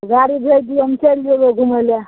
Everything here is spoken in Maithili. गाड़ी भेज दिअ हम चलि जेबै घुमैला